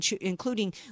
including